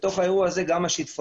ובתוך האירוע הזה גם השיטפונות.